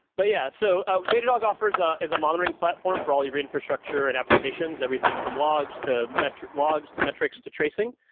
but yeah, so ah datadog ah is ah is a monitoring platform for all your infrastructure and applications, everything from logs to metric logs, to metrics, to tracing.